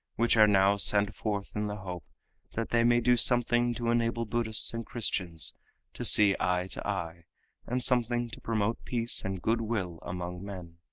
which are now sent forth in the hope that they may do something to enable buddhists and christians to see eye to eye and something to promote peace and good-will among men.